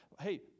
hey